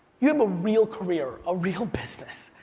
you have a real career, a real business.